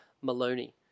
Maloney